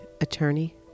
attorney